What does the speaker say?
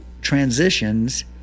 transitions